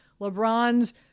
LeBron's